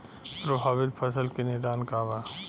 प्रभावित फसल के निदान का बा?